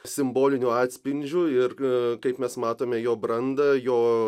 simboliniu atspindžiu ir kaip mes matome jo brandą jo